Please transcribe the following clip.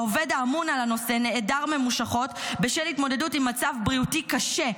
העובד האמון על הנושא נעדר ממושכות בשל התמודדות עם מצב בריאותי קשה,